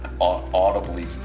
audibly